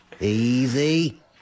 Easy